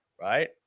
right